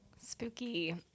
Spooky